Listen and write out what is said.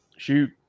shoot